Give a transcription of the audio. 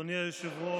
אדוני היושב-ראש,